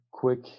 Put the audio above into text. Quick